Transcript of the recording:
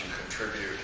contribute